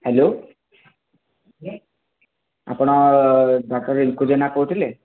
hello ଆପଣ doctor Rinku Jena କହୁଥିଲେ